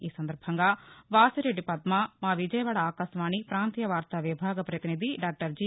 ఈ సందర్భంగా వాసిరెడ్డిపద్మ విజయవాడ ఆకాశవాణి ప్రాంతీయ వార్తా విభాగ ప్రతినిధి డాక్టర్ జి